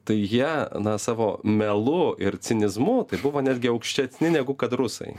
tai jie na savo melu ir cinizmu tai buvo netgi aukštesni negu kad rusai